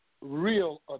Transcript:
real